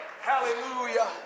Hallelujah